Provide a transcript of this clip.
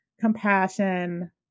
compassion